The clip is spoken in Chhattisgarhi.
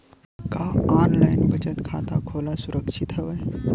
का ऑनलाइन बचत खाता खोला सुरक्षित हवय?